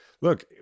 look